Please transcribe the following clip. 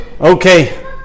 Okay